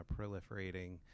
proliferating